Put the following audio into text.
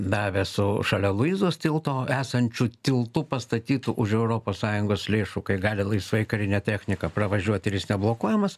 davė su šalia luizos tilto esančiu tiltu pastatytu už europos sąjungos lėšų kai gali laisvai karinė technika pravažiuoti ir jis neblokuojamas